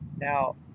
now